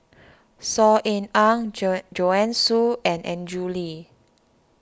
Saw Ean Ang Joan Joanne Soo and Andrew Lee